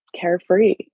carefree